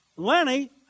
Lenny